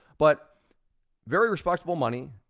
but very respectable money,